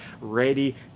ready